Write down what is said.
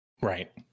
Right